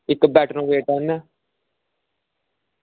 इक्क बेटनोवेट